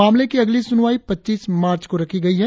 मामले की अगली सुनवाई पच्चीस मार्च को रखी गई है